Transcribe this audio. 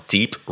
Deep